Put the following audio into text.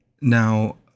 Now